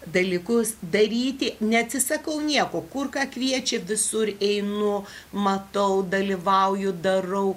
dalykus daryti neatsisakau nieko kur ką kviečia visur einu matau dalyvauju darau